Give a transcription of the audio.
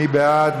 מי בעד?